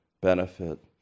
benefit